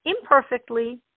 imperfectly